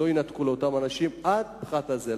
שלא ינתקו לאותם אנשים עד הפחת הזה,